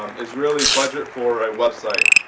um it's really budget for a website